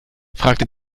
fragte